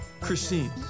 Christine